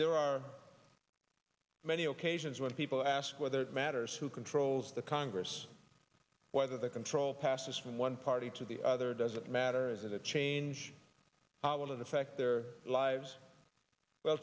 there are many occasions when people ask whether it matters who controls the congress whether the control passes from one party to the other doesn't matter is it a change one of the fact their lives well